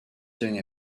doing